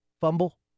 fumble